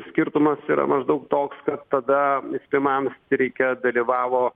skirtumas yra maždaug toks kad tada pirmąjam streike dalyvavo